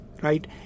right